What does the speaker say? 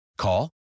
Call